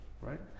Right